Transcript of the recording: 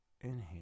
Inhale